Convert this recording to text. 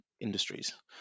industries